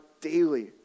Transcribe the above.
daily